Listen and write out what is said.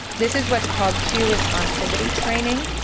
this is what's called cue responsivity training,